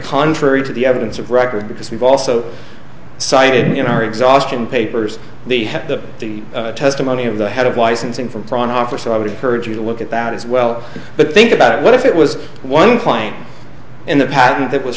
contrary to the evidence of record because we've also cited in our exhaustion papers they have the testimony of the head of licensing from front office i would encourage you to look at that as well but think about it what if it was one client in the patent that was